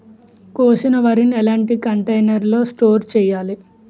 కోసిన వరిని ఎలాంటి కంటైనర్ లో స్టోర్ చెయ్యాలి?